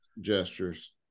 gestures